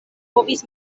povis